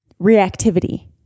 Reactivity